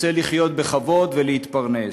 רוצה לחיות בכבוד ולהתפרנס.